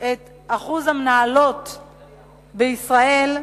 את אחוז המנהלות בישראל,